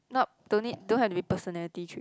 not don't need don't have to be personality trait